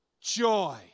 joy